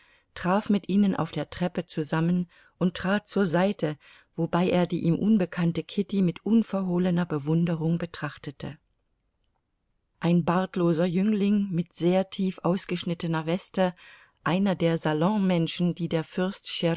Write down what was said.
traf mit ihnen auf der treppe zusammen und trat zur seite wobei er die ihm unbekannte kitty mit unverhohlener bewunderung betrachtete ein bartloser jüngling mit sehr tief ausgeschnittener weste einer der salonmenschen die der fürst